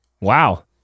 Wow